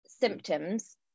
symptoms